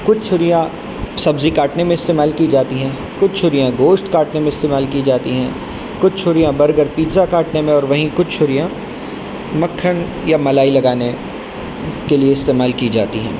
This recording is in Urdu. کچھ چھریاں سبزی کاٹنے میں استعمال کی جاتی ہیں کچھ چھریاں گوشت کاٹنے میں استعمال کی جاتی ہیں کچھ چھریاں برگر پیزا کاٹنے میں اور وہیں کچھ چھریاں مکھن یا ملائی لگانے کے لیے استعمال کی جاتی ہیں